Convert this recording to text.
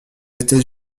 états